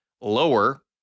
lower